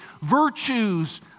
virtues